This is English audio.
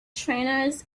trainers